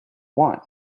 want